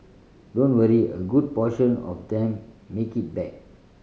don't worry a good portion of them make it back